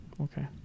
Okay